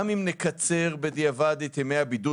גם אם נקצר בדיעבד את ימי הבידוד,